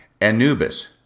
Anubis